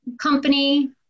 company